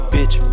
Bitch